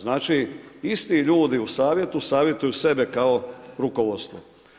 Znači isti ljudi u Savjetu savjetuju sebe kao rukovodstvo.